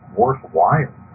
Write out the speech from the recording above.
worthwhile